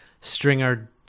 Stringer